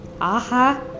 Aha